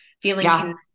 feeling